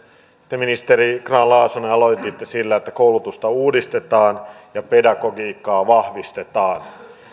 te ministeri grahn laasonen aloititte sillä että koulutusta uudistetaan ja pedagogiikkaa vahvistetaan